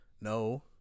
no